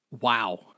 Wow